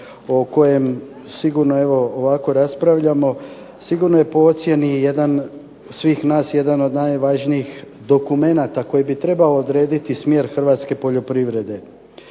o kojem sigurno evo ovako raspravljamo, sigurno je po ocjeni svih nas jedan od najvažnijih dokumenata koji bi trebao odrediti smjer Hrvatske poljoprivrede.